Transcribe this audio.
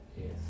Yes